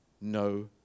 no